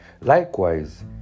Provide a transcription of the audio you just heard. Likewise